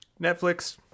netflix